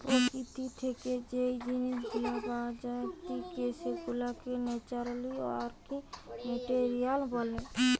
প্রকৃতি থেকে যেই জিনিস গুলা পাওয়া জাতিকে সেগুলাকে ন্যাচারালি অকারিং মেটেরিয়াল বলে